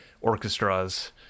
orchestras